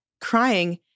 crying